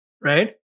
right